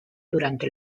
durante